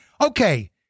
Okay